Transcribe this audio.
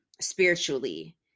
spiritually